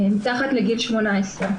מתחת לגיל 18,